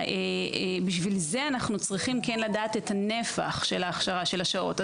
בשביל זה אנחנו צריכים לדעת את הנפח של ההכשרה של השעות.